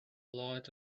light